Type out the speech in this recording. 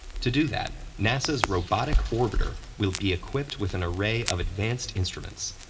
to do that, nasa's robotic orbiter will be equipped with an array of advanced instruments.